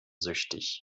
süchtig